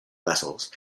vessels